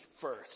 first